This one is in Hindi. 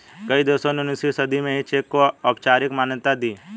कई देशों ने उन्नीसवीं सदी में ही चेक को औपचारिक मान्यता दे दी